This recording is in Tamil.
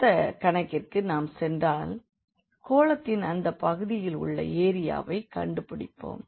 அடுத்த கணக்கிற்கு நாம் சென்றால் கோளத்தின் அந்த பகுதியில் உள்ள ஏரியாவை கண்டுபிடிப்போம்